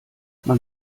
man